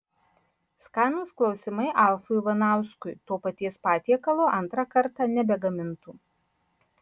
skanūs klausimai alfui ivanauskui to paties patiekalo antrą kartą nebegamintų